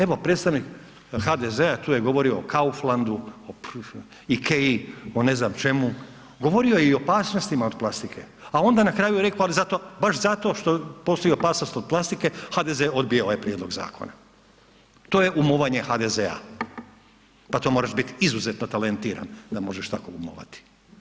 Evo predstavnik HDZ-a, tu je govorio o Kauflandu, Ikei, o ne znam čemu, govorio je i o opasnostima od plastike, a onda na kraju je reko ali zato, baš zato što postoji opasnost od plastike HDZ odbija ovaj prijedlog zakona, to je umovanje HDZ-a, pa to moraš bit izuzetno talentiran da možeš tako umovati.